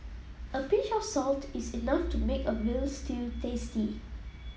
a pinch of salt is enough to make a veal stew tasty